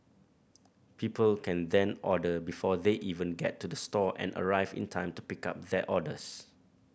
people can then order before they even get to the store and arrive in time to pick up their orders